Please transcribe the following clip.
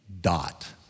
dot